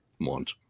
want